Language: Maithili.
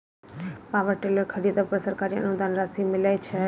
पावर टेलर खरीदे पर सरकारी अनुदान राशि मिलय छैय?